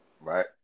Right